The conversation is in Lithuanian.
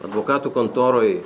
advokatų kontoroj